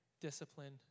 discipline